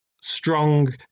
strong